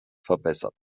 verbessert